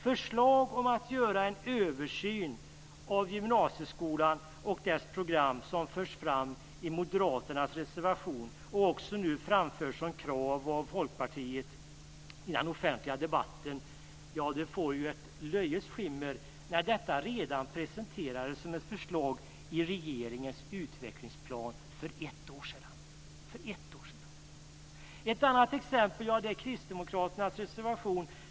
Förslag om att göra en översyn av gymnasieskolan och dess program, som förs fram i moderaternas reservation, och som nu också framförs som krav av Folkpartiet i den offentliga debatten, får ett löjets skimmer när detta redan presenterades som ett förslag i regeringens utvecklingsplan för ett år sedan. Ett annat exempel är kristdemokraternas reservation.